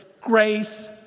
Grace